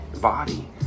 body